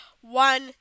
One